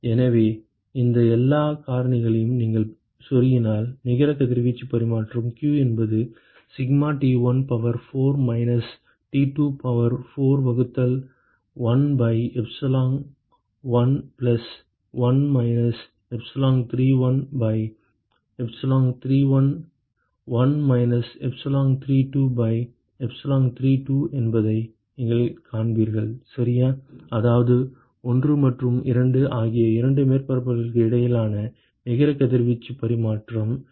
எனவே இந்த எல்லா காரணிகளையும் நீங்கள் செருகினால் நிகர கதிர்வீச்சு பரிமாற்றம் q என்பது sigma T1 power 4 minus T2 power 4 வகுத்தல் 1 by epsilon1 plus 1 minus epsilon31 by epsilon31 1 minus epsilon32 by epsilon32 என்பதை நீங்கள் காண்பீர்கள் சரியா அதாவது 1 மற்றும் 2 ஆகிய இரண்டு மேற்பரப்புகளுக்கு இடையிலான நிகர கதிர்வீச்சு பரிமாற்றம்